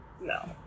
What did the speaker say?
No